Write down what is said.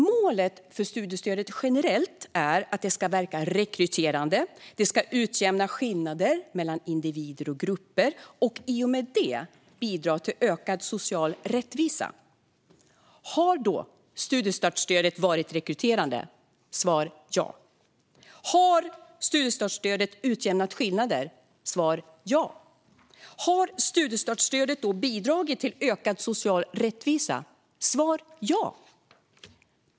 Målen för studiestödet generellt är att det ska verka rekryterande och utjämna skillnader mellan individer och grupper och i och med det bidra till ökad social rättvisa. Har studiestartsstödet varit rekryterande? Svar ja. Har studiestartsstödet utjämnat skillnader? Svar ja. Har studiestartsstödet bidragit till ökad social rättvisa? Svar ja.